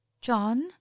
John